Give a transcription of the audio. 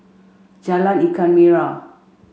Jalan Ikan Merah